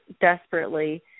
desperately